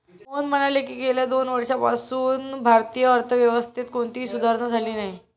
मोहन म्हणाले की, गेल्या दोन वर्षांपासून भारतीय अर्थव्यवस्थेत कोणतीही सुधारणा झालेली नाही